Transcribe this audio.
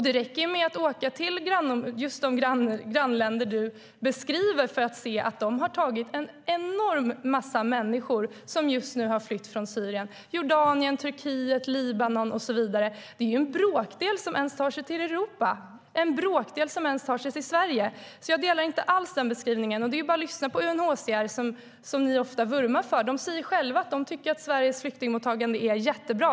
Det räcker att åka till just de grannländer du beskriver för att se att de har tagit emot en enorm massa människor som har flytt från Syrien till Jordanien, Turkiet, Libanon och så vidare. Det är ju en bråkdel som ens tar sig till Europa och en bråkdel som ens tar sig till Sverige, så jag delar inte alls Paula Bielers beskrivning. Det är bara att lyssna på UNHCR som ni ofta vurmar för. De säger att de tycker att Sveriges flyktingmottagande är jättebra.